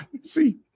See